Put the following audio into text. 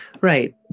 Right